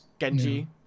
Genji